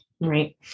Right